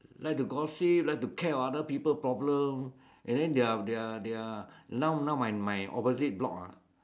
like to gossip like to care on other people problem and then they are they are they are now now my my opposite block ah